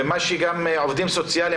עובדים סוציאליים,